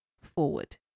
Forward